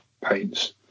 paints